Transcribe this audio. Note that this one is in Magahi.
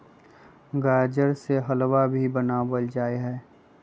गाजर से हलवा भी बनावल जाहई